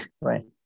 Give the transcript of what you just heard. Right